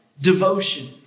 devotion